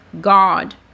God